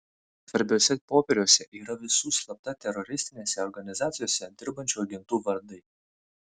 svarbiuose popieriuose yra visų slapta teroristinėse organizacijose dirbančių agentų vardai